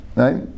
right